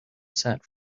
sat